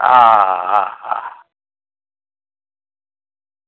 હા હા હા